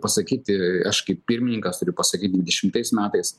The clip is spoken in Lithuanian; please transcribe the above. pasakyti aš kaip pirmininkas turiu pasakyt dvidešimtais metais